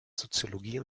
soziologie